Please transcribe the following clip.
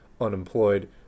unemployed